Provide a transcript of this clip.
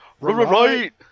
right